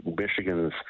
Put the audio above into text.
Michigan's